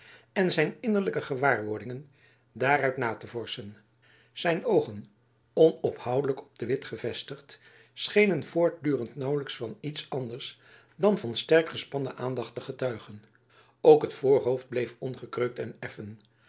en zijn innerlijke gewaarwordingen daaruit na te vorschen zijn oogen onophoudelijk op de witt gevestigd schenen voortdurend naauwelijks van iets anders dan van sterk gespannen aandacht te getuigen ook het voorhoofd bleef ongekreukt en effen